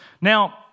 Now